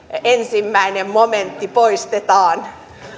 ensimmäinen momentti poistetaan